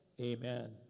Amen